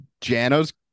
Jano's